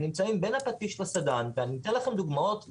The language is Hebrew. הם נמצאם בין הפטיש לסדן ואני אתן לכם דוגמאות מהשטח,